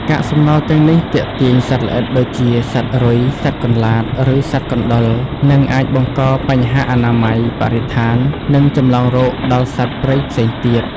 កាកសំណល់ទាំងនេះទាក់ទាញសត្វល្អិតដូចជាសត្វរុយ សត្វកន្លាត ឬសត្វកណ្ដុរ និងអាចបង្កបញ្ហាអនាម័យ បរិស្ថាន និងចម្លងរោគដល់សត្វព្រៃផ្សេងទៀត។